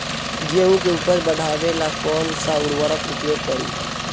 गेहूँ के उपज बढ़ावेला कौन सा उर्वरक उपयोग करीं?